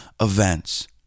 events